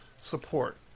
support